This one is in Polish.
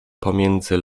pomiędzy